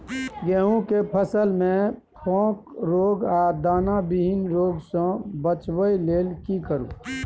गेहूं के फसल मे फोक रोग आ दाना विहीन रोग सॅ बचबय लेल की करू?